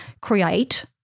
create